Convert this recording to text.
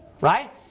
Right